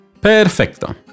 Perfecto